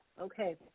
Okay